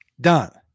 Done